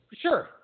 Sure